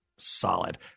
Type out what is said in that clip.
Solid